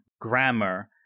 grammar